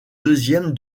deuxième